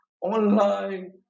online